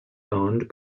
owned